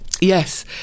Yes